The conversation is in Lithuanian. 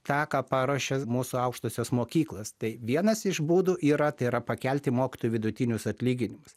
tą ką paruošė mūsų aukštosios mokyklos tai vienas iš būdų yra tai yra pakelti mokytojų vidutinius atlyginimus